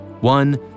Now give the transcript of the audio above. one